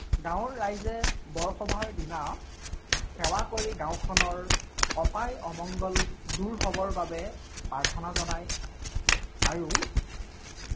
গাঁৱৰ ৰাইজে বৰসভাৰ দিনা সেৱা কৰি গাঁওখনৰ অপায় অমংগল দূৰ হ'বৰ বাবে প্ৰাৰ্থনা জনায় আৰু